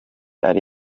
ari